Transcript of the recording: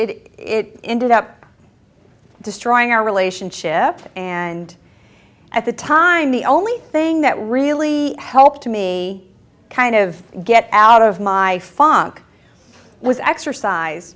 it ended up destroying our relationship and at the time the only thing that really helped me kind of get out of my funk was exercise